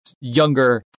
younger